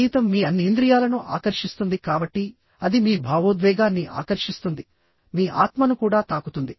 సంగీతం మీ అన్ని ఇంద్రియాలను ఆకర్షిస్తుంది కాబట్టి అది మీ భావోద్వేగాన్ని ఆకర్షిస్తుంది మీ ఆత్మను కూడా తాకుతుంది